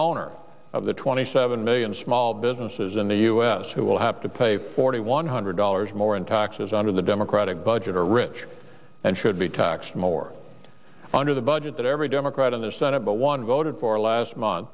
owner of the twenty seven million small businesses in the us who will have to pay forty one hundred dollars more in taxes under the democratic budget are rich and should be taxed more under the budget that every democrat in the senate but one voted for last month